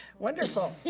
wonderful,